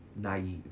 naive